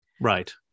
Right